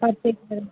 purple colour